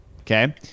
Okay